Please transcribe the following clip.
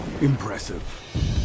Impressive